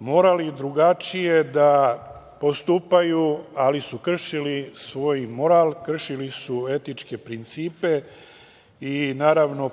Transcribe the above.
morali drugačije da postupaju, ali su kršili svoj moral, kršili su etičke principe i naravno